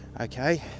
Okay